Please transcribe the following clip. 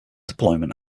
deployment